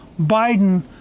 Biden